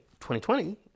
2020